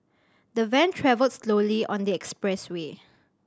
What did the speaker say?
the van travelled slowly on the expressway